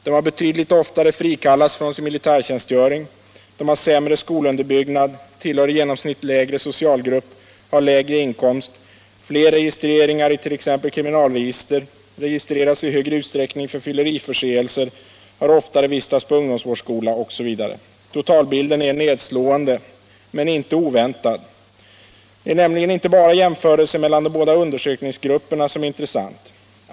De har betydligt oftare frikallats från sin militärtjänstgöring, de har sämre skolunderbyggnad, tillhör i genomsnitt lägre socialgrupp, har lägre inkomst, fler registreringar i t.ex. kriminalregister, registreras i högre utsträckning för fylleriförseelser, har oftare vistats på ungdomsvårdsskola osv. Totalbilden är nedslående — men inte oväntad. Det är nämligen inte bara jämförelsen mellan de båda undersökningsgrupperna som är intressant.